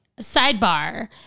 sidebar